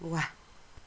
वाह